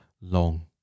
long